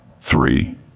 Three